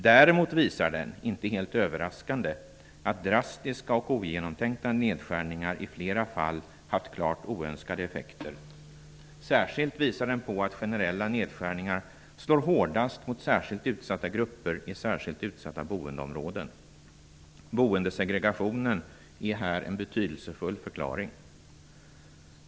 Däremot visar den, inte helt överraskande, att drastiska och ogenomtänkta nedskärningar i flera fall har haft klart oönskade effekter. Särskilt visar den att generella nedskärningar slår hårdast mot speciellt utsatta grupper i utsatta boendeområden. Boendesegregationen är här en betydelsefull förklaring.